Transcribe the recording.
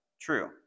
true